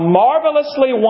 marvelously